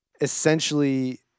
essentially